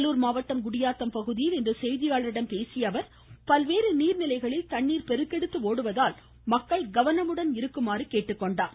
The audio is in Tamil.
வேலூர் மாவட்டம் குடியாத்தம் பகுதியில் இன்று செய்தியாளர்களிடம் பேசிய அவர் பல்வேறு நீர்நிலைகளில் தண்ணீர் பெருக்கெடுத்து ஓடுவதால் மக்கள் கவனமுடன் இருக்குமாறு கேட்டுக்கொண்டார்